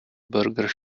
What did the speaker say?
burger